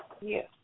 Yes